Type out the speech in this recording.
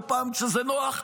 וכשזה נוח,